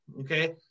okay